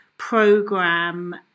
Program